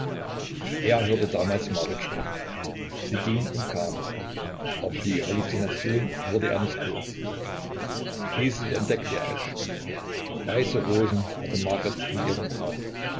er hörte damals marit sprechen sie ging und kam aber die halluzination wurde er nicht los schließlich entdeckte er es weiße rosen hatte marit in ihrem haar